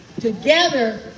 together